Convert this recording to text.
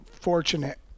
fortunate